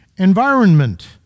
environment